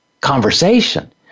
conversation